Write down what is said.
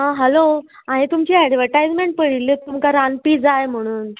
आं हालो हांयें तुमची एडवर्टायजमेंट पळयल्ली तुमकां रांदपी जाय म्हणून